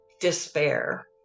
despair